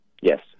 Yes